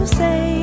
say